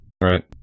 Right